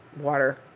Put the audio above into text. water